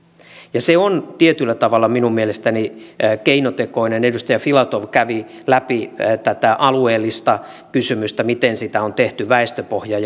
ja se on tietyllä tavalla minun mielestäni keinotekoinen edustaja filatov kävi läpi tätä alueellista kysymystä miten sitä on tehty väestöpohjan